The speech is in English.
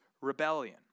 rebellion